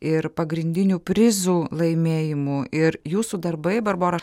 ir pagrindinių prizų laimėjimų ir jūsų darbai barbora